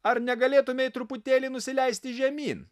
ar negalėtumei truputėlį nusileisti žemyn